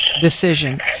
Decision